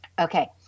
Okay